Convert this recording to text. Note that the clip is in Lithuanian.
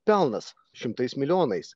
pelnas šimtais milijonais